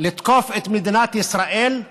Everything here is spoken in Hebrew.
לתקוף את מדינת ישראל,